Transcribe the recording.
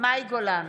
מאי גולן,